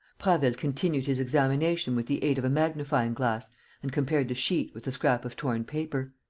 prasville continued his examination with the aid of a magnifying-glass and compared the sheet with the scrap of torn paper.